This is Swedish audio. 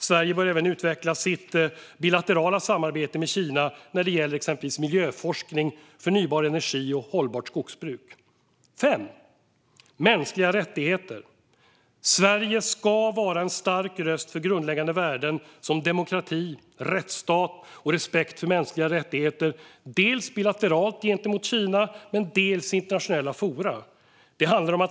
Sverige bör även utveckla sitt bilaterala samarbete med Kina när det gäller exempelvis miljöforskning, förnybar energi och hållbart skogsbruk. Den femte delen gäller mänskliga rättigheter. Sverige ska vara en stark röst för grundläggande värden som demokrati, rättsstat och respekt för mänskliga rättigheter, dels bilateralt gentemot Kina, dels i internationella forum.